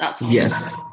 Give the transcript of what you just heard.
Yes